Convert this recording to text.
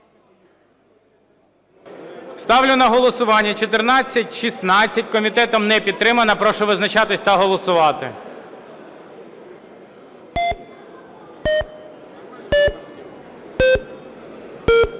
Ставлю на голосування 1416. Комітетом не підтримана. Прошу визначатися та голосувати. 11:21:00 За-89